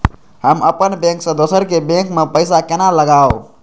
हम अपन बैंक से दोसर के बैंक में पैसा केना लगाव?